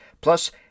plus